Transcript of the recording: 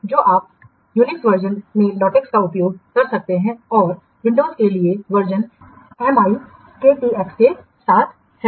तो आप यूनिक्स वर्जनमें लाटेक्स का उपयोग कर सकते हैं और खिड़कियों के लिए वर्जनएमआईकेटीएक्स के साथ है